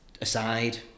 aside